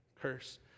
curse